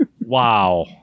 wow